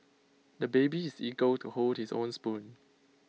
the baby is eager to hold his own spoon